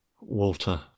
Walter